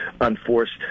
unforced